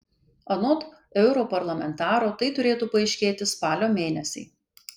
anot europarlamentaro tai turėtų paaiškėti spalio mėnesį